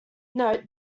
note